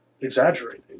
exaggerating